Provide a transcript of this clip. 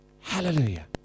Hallelujah